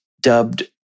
dubbed